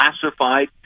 classified